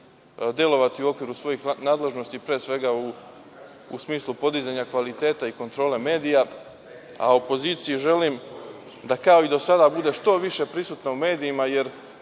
delovati u okviru svojih nadležnosti, pre svega u smislu podizanja kvaliteta i kontrole medija, a opoziciji želim da kao i do sada bude što više prisutna u medijima, jer